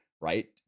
right